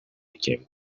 became